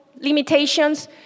limitations